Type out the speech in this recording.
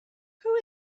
who